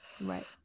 Right